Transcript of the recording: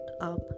up